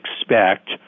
expect